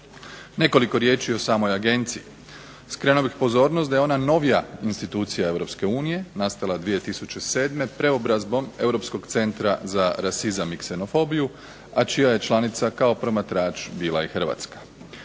Nekoliko riječi i o samoj Agenciji. Skrenuo bih pozornost da je ona novija institucija EU, nastala 2007. preobrazbom Europskog centra za rasizam i ksenofobiju, a čija je članica kao promatrač bila i Hrvatska.